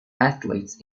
athletes